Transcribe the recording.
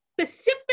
specific